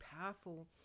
powerful